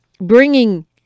bringing